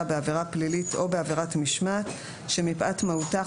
בעבירה פלילית או בעבירת משמעת שמפאת מהותה,